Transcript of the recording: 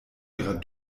ihrer